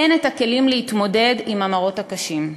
אין את הכלים להתמודד עם המראות הקשים.